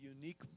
unique